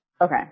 okay